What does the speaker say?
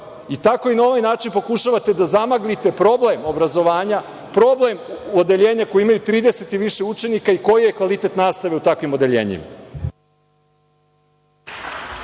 Tako i na ovaj način pokušavate da zamaglite problem obrazovanja, problem odeljenja koja imaju 30 i više učenika i koji je kvalitet nastave u takvim odeljenjima.